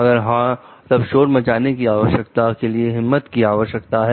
अगर हां तब शोर मचाने की आवश्यकता के लिए हिम्मत की आवश्यकता है